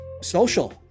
social